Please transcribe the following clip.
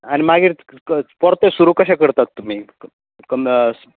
आनी मागीर क परतो सुरू कशे करतात तुमी अंदाज